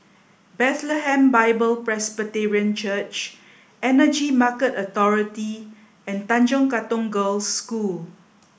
Bethlehem Bible Presbyterian Church Energy Market Authority and Tanjong Katong Girls' School